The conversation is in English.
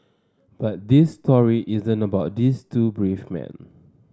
but this story isn't about these two brave men